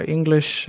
English